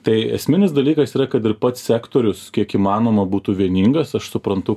tai esminis dalykas yra kad ir pats sektorius kiek įmanoma būtų vieningas aš suprantu